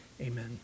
Amen